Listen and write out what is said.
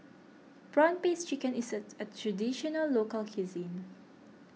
Prawn Paste Chicken is a Traditional Local Cuisine